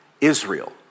Israel